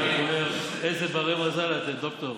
אני רק אומר, איזה בני מזל אתם, דוקטור,